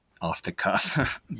off-the-cuff